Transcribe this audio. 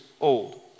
old